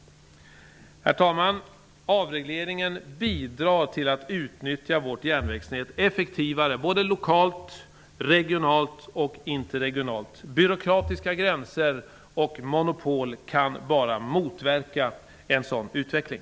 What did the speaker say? Herr talman! Avregleringen bidrar till att utnyttja vårt järnvägsnät effektivare, såväl lokalt som regionalt och interregionalt. Byråkratiska gränser och monopol kan bara motverka en sådan utveckling.